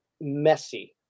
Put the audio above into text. messy